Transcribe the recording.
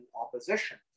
opposition